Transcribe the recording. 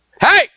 Hey